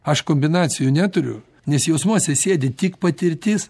aš kombinacijų neturiu nes jausmuose sėdi tik patirtis